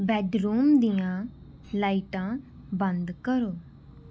bedroom ਦੀਆਂ ਲਾਈਟਾਂ ਬੰਦ ਕਰੋ